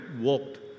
walked